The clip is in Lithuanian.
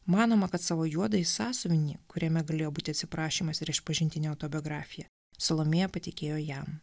manoma kad savo juodąjį sąsiuvinį kuriame galėjo būti atsiprašymas ir išpažintinė autobiografija salomėja patikėjo jam